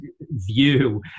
view